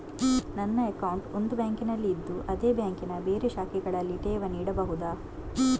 ನನ್ನ ಅಕೌಂಟ್ ಒಂದು ಬ್ಯಾಂಕಿನಲ್ಲಿ ಇದ್ದು ಅದೇ ಬ್ಯಾಂಕಿನ ಬೇರೆ ಶಾಖೆಗಳಲ್ಲಿ ಠೇವಣಿ ಇಡಬಹುದಾ?